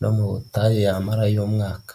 no mu butayu yamarayo umwaka.